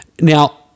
Now